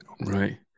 Right